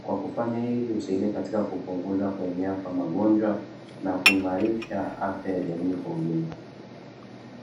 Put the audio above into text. Kwa kufanya hivi husaidia katika kupunguza kuenea kwa magonjwa na kuimarisha afya ya jamii kwa ujumla.